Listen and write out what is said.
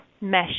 mesh